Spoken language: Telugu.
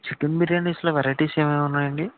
చికెన్ బిర్యానీస్లో వెరైటీస్ ఏమేమి ఉన్నాయండి